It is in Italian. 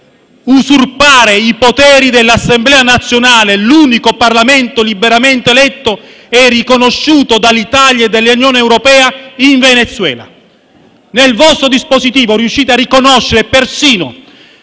usurpare i poteri dell'Assemblea nazionale, l'unico Parlamento liberamente eletto e riconosciuto dall'Italia e dall'Unione europea in Venezuela. Nel dispositivo della vostra risoluzione riuscite a riconoscere persino